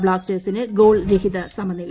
ബ്ലാസ്റ്റേഴ്സിന് ഗോൾരഹിത സമനില